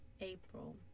April